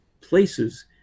places